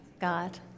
God